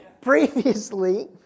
Previously